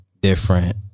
different